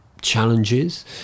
challenges